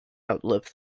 outlive